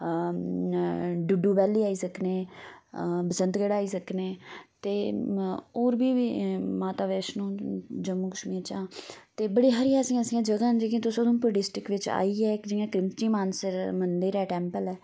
हां डूडू बेली आई सकने हां बसंतगढ आई सकने और बी माता बैष्णो जम्मू कशमीर चे ऐ बड़ी ऐसी ऐसी जगह ना जेहकी तुस उधमपुर डिस्ट्रिक्ट बिच आइयै इक इयां क्रीमची मानसर मंदर ऐ टैम्पल ऐ